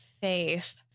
faith